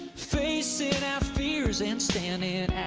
facing our fears and standing out